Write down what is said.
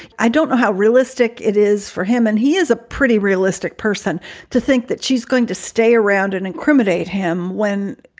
i don't know how realistic it is for him. and he is a pretty realistic person to think that she's going to stay around and incriminate him when,